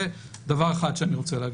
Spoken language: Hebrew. זה דבר אחד שאני רוצה להגיד.